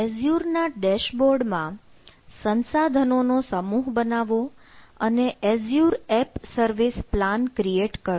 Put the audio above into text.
Azure ના dashboard માં સંસાધનો નો સમૂહ બનાવો અને Azure app service plan create કરો